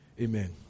Amen